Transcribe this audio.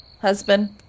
husband